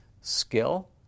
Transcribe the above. skill